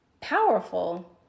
powerful